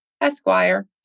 Esquire